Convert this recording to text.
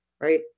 right